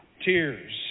Tears